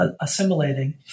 assimilating